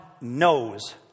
knows